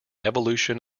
evolution